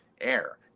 air